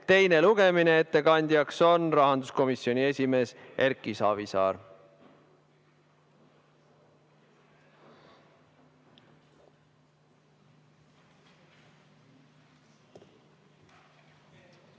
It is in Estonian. teine lugemine. Ettekandja on rahanduskomisjoni esimees Erki Savisaar.